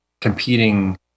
competing